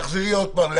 תחזרי עוד פעם.